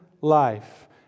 life